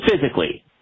physically